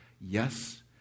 Yes